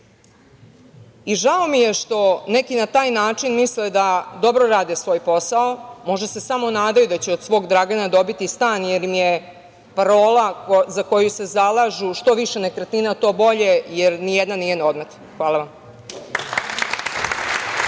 I žao mi je što neki na taj način misle da dobro rade svoj posao. Možda se samo nadaju da će od svog Dragana dobiti stan, jer im je parola za koju se zalažu – što više nekretnina, to bolje, jer ni jedna nije na odmet. Hvala vam.